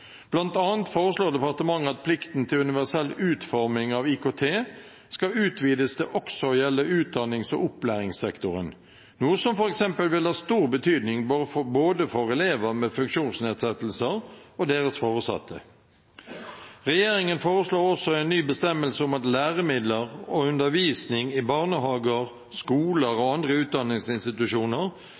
foreslår departementet at plikten til universell utforming av IKT skal utvides til også å gjelde utdannings- og opplæringssektoren, noe som f.eks. vil ha stor betydning for både elever med funksjonsnedsettelser og deres foresatte. Regjeringen foreslår også en ny bestemmelse om at læremidler og undervisning i barnehager, skoler og andre utdanningsinstitusjoner